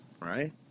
Right